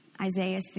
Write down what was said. Isaiah